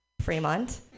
Fremont